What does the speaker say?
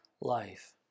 life